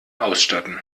ausstatten